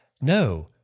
no